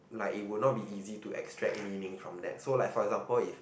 like it would not be easy to extract meaning from that so like for example if